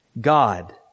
God